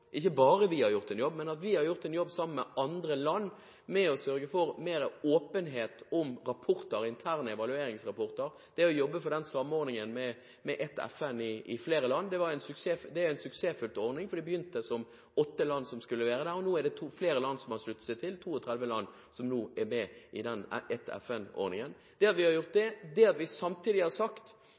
å sørge for mer åpenhet om rapporter og interne evalueringsrapporter og jobbet for en samordning med ett FN i flere land. Det er en suksessfylt ordning. Det begynte med åtte land som skulle være med, nå er det flere land som har sluttet seg til: 32 land er nå med i «Ett FN»-ordningen. Det at vi har gjort det, og at vi samtidig har sagt